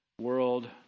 world